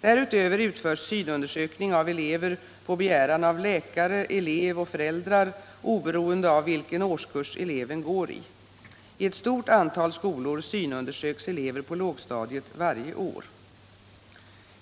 Därutöver utförs synundersökning av elever på begäran av läkare, elev och föräldrar oberoende av vilken årskurs eleven går i. I ett stort antal skolor synundersöks elever på lågstadiet varje år.